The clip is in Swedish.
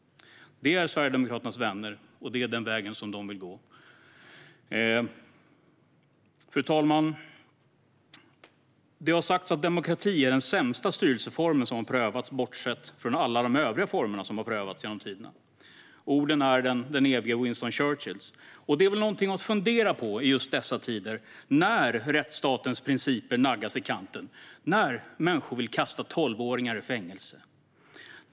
Det är Sverigedemokraternas vänner, och det är den väg som de vill gå. Fru talman! Det har sagts att demokrati är den sämsta styrelseformen som har prövats, bortsett från alla de övriga formerna som prövats genom tiderna. Orden är den evige Winston Churchills. Och det är något att fundera på i dessa tider när rättsstatens principer naggas i kanten och när människor vill kasta tolvåringar i fängelse.